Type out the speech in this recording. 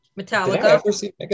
Metallica